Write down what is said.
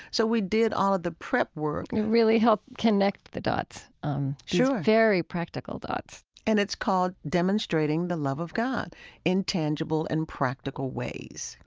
so we did all of the prep work you really helped connect the dots um sure these very practical dots and it's called demonstrating the love of god in tangible and practical ways